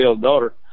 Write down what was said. daughter